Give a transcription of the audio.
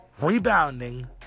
rebounding